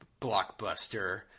blockbuster